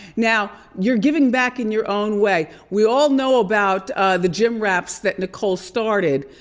now you're giving back in your own way. we all know about the gym wraps that nicole started,